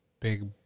Big